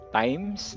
times